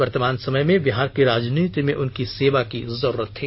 वर्तमान समय में बिहार की राजनीति में उनकी सेवा की जरूरत थी